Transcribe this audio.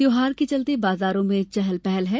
त्यौहार के चलते बाजारों में चहल पहल है